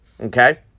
okay